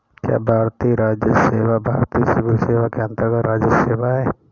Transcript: क्या भारतीय राजस्व सेवा भारतीय सिविल सेवा के अन्तर्गत्त राजस्व सेवा है?